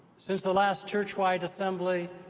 since the last churchwide assembly,